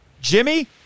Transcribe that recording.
Jimmy